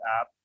app